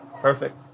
perfect